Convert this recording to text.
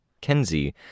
Kenzie